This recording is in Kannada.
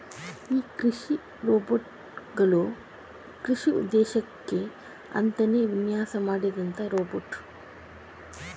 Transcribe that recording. ಈ ಕೃಷಿ ರೋಬೋಟ್ ಗಳು ಕೃಷಿ ಉದ್ದೇಶಕ್ಕೆ ಅಂತಾನೇ ವಿನ್ಯಾಸ ಮಾಡಿದಂತ ರೋಬೋಟ್